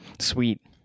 Sweet